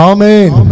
Amen